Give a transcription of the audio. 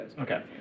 Okay